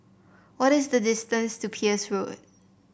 what is the distance to Peirce Road